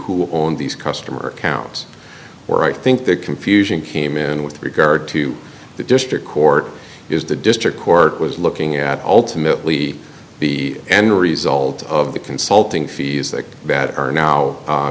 who own these customer accounts or i think the confusion came in with regard to the district court is the district court was looking at ultimately the end result of the consulting fees that bat are now